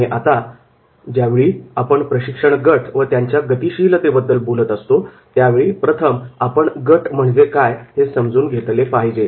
आणि आता ज्यावेळी आपण प्रशिक्षण गट व त्यांच्या गतिशीलतेबद्दल बोलत असतो त्यावेळी प्रथम आपण गट म्हणजे काय हे समजून घेतले पाहिजे